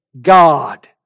God